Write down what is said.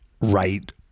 right